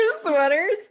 sweaters